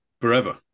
forever